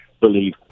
believe